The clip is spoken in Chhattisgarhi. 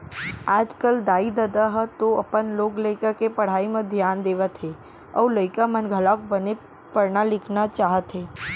आजकल दाई ददा ह तो अपन लोग लइका के पढ़ई म धियान देवत हे अउ लइका मन घलोक बने पढ़ना लिखना चाहत हे